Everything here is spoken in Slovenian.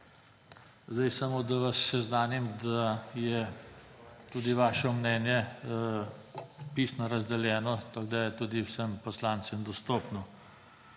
Zdaj samo, da vas seznanim, da je tudi vaše mnenje pisno razdeljeno, tako da je tudi vsem poslancem dostopno.